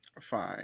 Fine